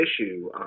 issue